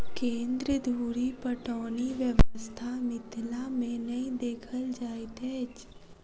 केन्द्र धुरि पटौनी व्यवस्था मिथिला मे नै देखल जाइत अछि